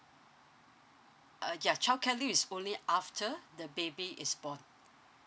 uh ya childcare leave is only after the baby is born